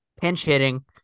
Pinch-hitting